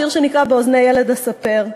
שיר שנקרא: "באוזני ילד אספר",